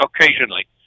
occasionally